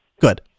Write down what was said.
good